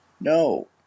no